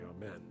amen